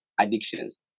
addictions